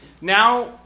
Now